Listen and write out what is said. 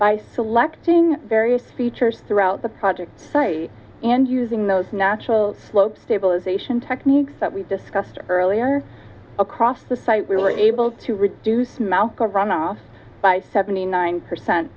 by selecting various features throughout the project and using those natural slope stabilisation techniques that we discussed earlier across the site we were able to reduce malka runoff by seventy nine percent